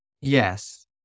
Yes